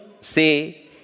say